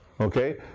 okay